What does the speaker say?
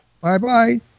Bye-bye